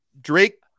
Drake